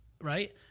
right